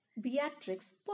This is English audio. Beatrix